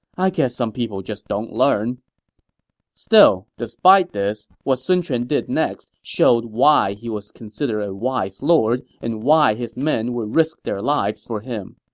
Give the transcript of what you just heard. i guess some people just don't learn still, despite this, what sun quan did next showed why he was considered a wise lord and why his men would risk their lives for him.